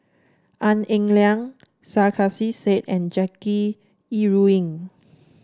Tan Eng Liang Sarkasi Said and Jackie Yi Ru Ying